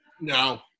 No